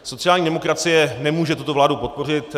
Sociální demokracie nemůže tuto vládu podpořit.